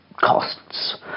costs